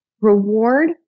reward